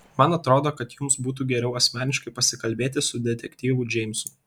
man atrodo kad jums būtų geriau asmeniškai pasikalbėti su detektyvu džeimsu